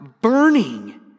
burning